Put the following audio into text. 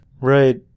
Right